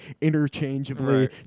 interchangeably